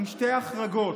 עם שתי החרגות: